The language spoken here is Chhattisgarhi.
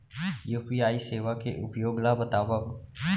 यू.पी.आई सेवा के उपयोग ल बतावव?